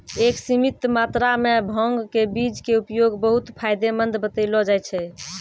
एक सीमित मात्रा मॅ भांग के बीज के उपयोग बहु्त फायदेमंद बतैलो जाय छै